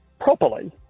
properly